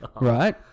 right